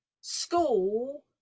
school